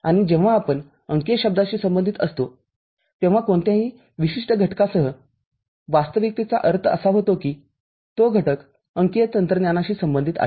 आणि जेव्हा आपण अंकीय शब्दाशी संबंधित असतो तेव्हा कोणत्याही विशिष्ट घटकासह वास्तविकतेचा अर्थ असा होतो की तो घटक अंकीय तंत्रज्ञानाशी संबंधित आहे